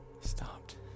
stopped